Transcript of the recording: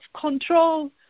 control